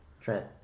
Trent